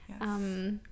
Yes